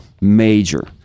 Major